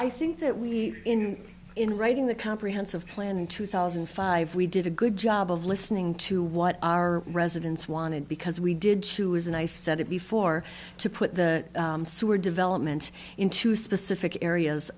i think that we in writing the comprehensive plan in two thousand and five we did a good job of listening to what our residents wanted because we did choose a knife set it before to put the sewer development into specific areas